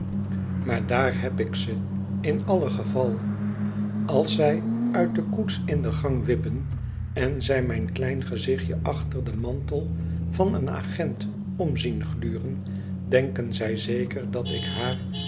maar daar heb ik ze in alle geval als zij uit de koets in de gang wippen en zij mijn klein gezichtje achter den mantel van een agent om zien gluren denken zij zeker dat ik haar